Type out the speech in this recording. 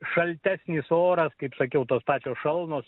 šaltesnis oras kaip sakiau tos pačio šalnos